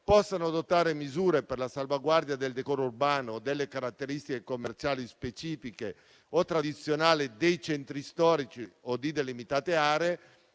possano adottare misure per la salvaguardia del decoro urbano o delle caratteristiche commerciali specifiche o tradizionali dei centri storici o di delimitate aree,